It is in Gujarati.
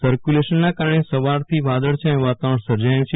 સર્ક્યુલેશનનાં કારણે સવારે થી વાદળછાયું વ્રાતાવરણ સર્જાયું છે